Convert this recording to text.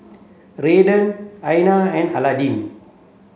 Redden Anya and Aydin